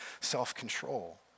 self-control